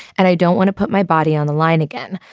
and i don't want to put my body on the line again.